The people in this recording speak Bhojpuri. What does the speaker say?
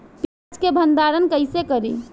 प्याज के भंडारन कईसे करी?